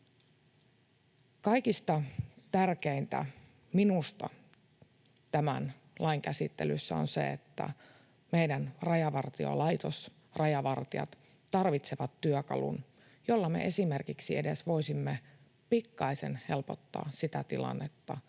Kaikista tärkeintä minusta tämän lain käsittelyssä on se, että meidän Rajavartiolaitos ja rajavartijat tarvitsevat työkalun, jolla me esimerkiksi voisimme edes pikkaisen helpottaa sitä tilannetta,